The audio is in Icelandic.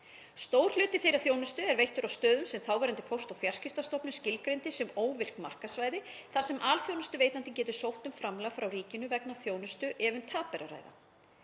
Stór hluti þeirrar þjónustu er veittur á stöðum sem þáverandi Póst- og fjarskiptastofnun skilgreindi sem óvirk markaðssvæði þar sem alþjónustuveitandi getur sótt um framlag frá ríkinu vegna þjónustu ef um tap er að ræða.